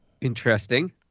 interesting